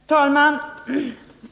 Herr talman!